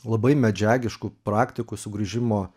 labai medžiagiškų praktikų sugrįžimo